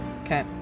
Okay